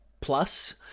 Plus